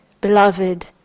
beloved